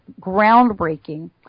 groundbreaking